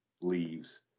leaves